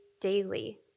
daily